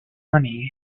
money